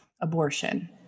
abortion